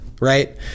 right